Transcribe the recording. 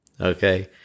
Okay